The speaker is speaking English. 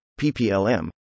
PPLM